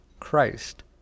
Christ